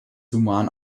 human